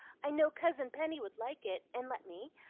i know cousin penny would like it, and let me.